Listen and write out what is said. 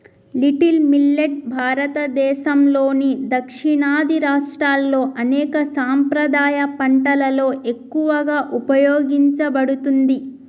little millet భారతదేసంలోని దక్షిణాది రాష్ట్రాల్లో అనేక సాంప్రదాయ పంటలలో ఎక్కువగా ఉపయోగించబడుతుంది